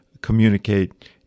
communicate